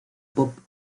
pop